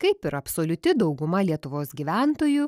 kaip ir absoliuti dauguma lietuvos gyventojų